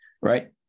right